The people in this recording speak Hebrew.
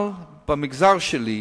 אבל במגזר שלי,